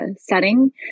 setting